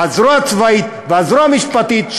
הזרוע הצבאית והזרוע המשפטית,